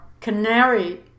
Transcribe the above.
canary